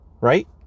Right